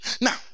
Now